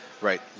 Right